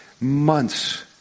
Months